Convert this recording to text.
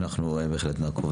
אנחנו בהחלט נעקוב.